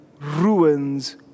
ruins